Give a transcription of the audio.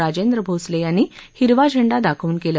राजेंद्र भोसले यांनी हिरवा झेंडा दाखवून केलं